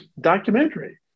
documentary